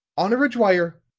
honora dwyer.